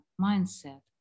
mindset